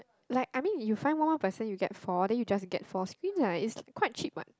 like I mean you find one more person you get for then you just get four screen ah it's quite cheap [what]